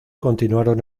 continuaron